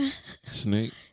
Snake